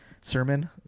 sermon